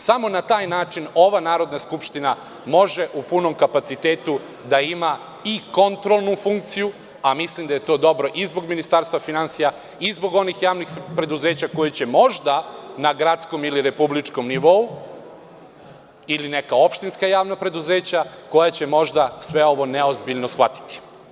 Samo na taj način Narodna skupština može u punom kapacitetu da ima i kontrolnu funkciju, a mislim da je to dobro i zbog Ministarstva finansija i zbog onih javnih preduzeća koja će možda na gradskom ili republičkom nivou, ili neka opštinska javna preduzeća, koja će možda sve ovo neozbiljno shvatiti.